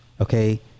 okay